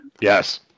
Yes